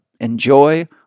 Enjoy